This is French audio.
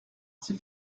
c’est